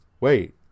wait